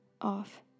off